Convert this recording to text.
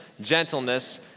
gentleness